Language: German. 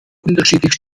unterschiedlich